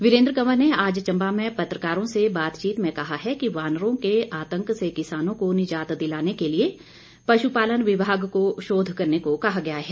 वीरेन्द्र कंवर ने आज चंबा में पत्रकारों से बातचीत में कहा है कि वानरों के आतंक से किसानों को निजात दिलाने के लिए पश्पालन विभाग को शोध करने को कहा गया है